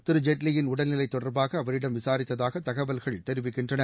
தி ரு ஜேட்லியின் உடல்நிலை தொடர்பாக அவரிடம் விசாரித்ததாக தகவல்கள் தெரிவிக்கின்றன